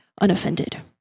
unoffended